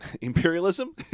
imperialism